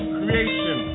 creation